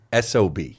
SOB